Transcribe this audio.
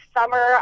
summer